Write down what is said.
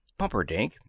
Pumperdink